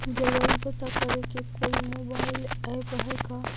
जलवायु पता करे के कोइ मोबाईल ऐप है का?